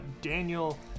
Daniel